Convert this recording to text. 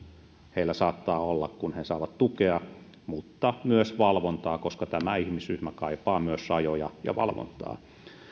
heillä saattaa olla kun he saavat tukea mutta on myös valvontaa koska tämä ihmisryhmä kaipaa myös rajoja ja valvontaa